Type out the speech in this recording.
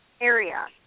area